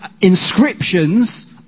inscriptions